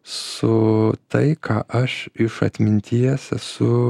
su tai ką aš iš atminties esu